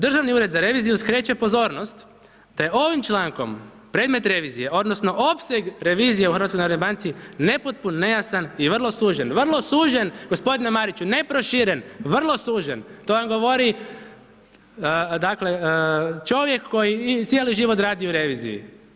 Državni ured za reviziju skreće pozornost da je ovim člankom predmet revizije odnosno opseg revizije u HNB nepotpun, nejasan i vrlo sužen, vrlo sužen gospodine Mariću, ne proširen, vrlo sužen, to vam govori dakle čovjek koji cijeli život radi u reviziji.